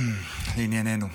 לענייננו.